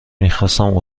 میخواستم